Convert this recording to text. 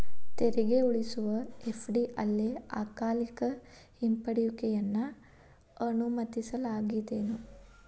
ತೆರಿಗೆ ಉಳಿಸುವ ಎಫ.ಡಿ ಅಲ್ಲೆ ಅಕಾಲಿಕ ಹಿಂಪಡೆಯುವಿಕೆಯನ್ನ ಅನುಮತಿಸಲಾಗೇದೆನು?